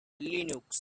linux